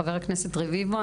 חבר הכנסת רביבו.